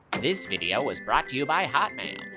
this video was brought to you by hotmail.